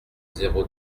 zéro